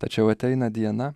tačiau ateina diena